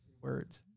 Words